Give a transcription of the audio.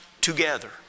together